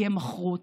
כי מכרו אותנו,